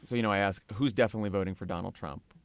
so you know i asked who's definitely voting for donald trump,